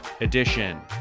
edition